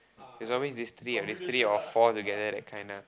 there's always this three or this three or four together that kind ah